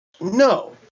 no